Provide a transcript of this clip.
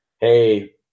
Hey